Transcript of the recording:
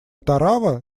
тарава